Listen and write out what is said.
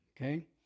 okay